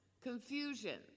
confusion